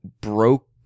broke